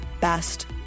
best